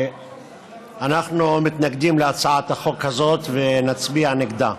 אנחנו מתנגדים להצעת החוק הזאת ונצביע נגדה.